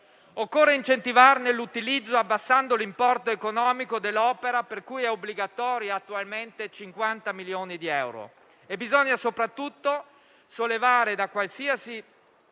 Occorre incentivarne l'utilizzo abbassando l'importo economico dell'opera per cui sono obbligatori attualmente 50 milioni di euro; bisogna soprattutto sollevare da qualsiasi